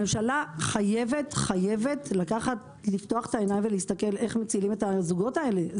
הממשלה חייבת לפתוח את העיניים ולהסתכל איך מצילים את הזוגות האלה.